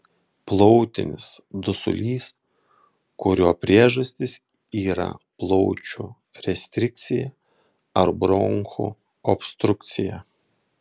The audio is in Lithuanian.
plautinis dusulys kurio priežastys yra plaučių restrikcija ar bronchų obstrukcija